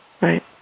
Right